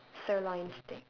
sirloin steak